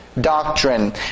doctrine